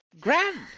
Grand